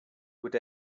would